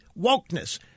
wokeness